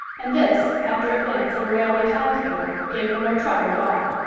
and this, after a glance at a railway time-table, gave her no trouble at all.